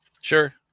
Sure